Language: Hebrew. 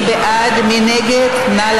אני לא